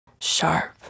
sharp